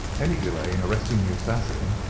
any delay in arresting the assassin,